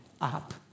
up